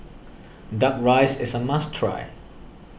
Duck Rice is a must try